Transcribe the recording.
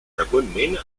freqüentment